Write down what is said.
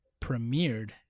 premiered